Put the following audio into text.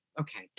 okay